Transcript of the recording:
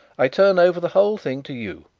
i turn over the whole thing to you.